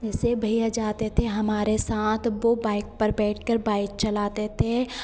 जैसे भैया जाते थे हमारे साथ वह बाइक पर बैठ कर बाइक चलाते थे